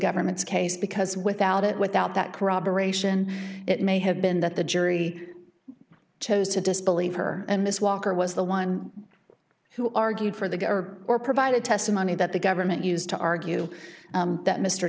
government's case because without it without that corroboration it may have been that the jury chose to disbelieve her and miss walker was the one who argued for the governor or provided testimony that the government used to argue that mr